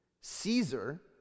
Caesar